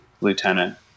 lieutenant